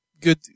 Good